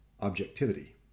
objectivity